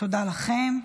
תודה לכם.